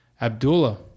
Abdullah